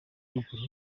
ruguru